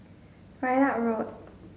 Ridout Road